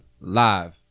live